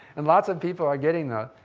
and lots of people are getting them.